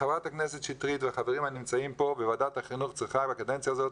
חברת הכנסת שטרית והחברים הנמצאים פה בוועדת החינוך בקדנציה הזאת,